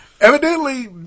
evidently